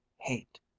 hate